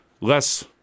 less